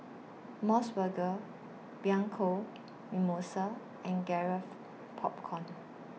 Mos Burger Bianco Mimosa and Garrett Popcorn